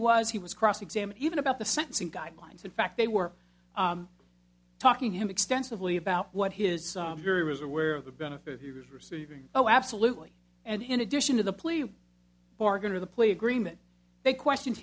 was he was cross examined even about the sentencing guidelines in fact they were talking to him extensively about what his very was aware of the benefit he was receiving oh absolutely and in addition to the plea bargain or the plea agreement they questioned